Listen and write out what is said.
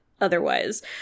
otherwise